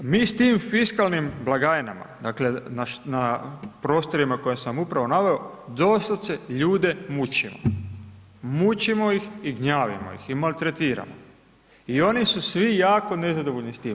Mi s tim fiskalnim blagajnama, dakle, na prostorima koje sam upravo naveo, doslovce ljude mučimo, mučimo ih i gnjavimo ih i maltretiramo i oni su svi jako nezadovoljni s tim.